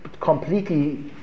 completely